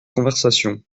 conversation